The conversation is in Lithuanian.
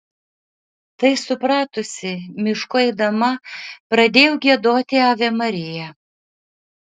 tai supratusi mišku eidama pradėjau giedoti ave maria